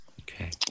Okay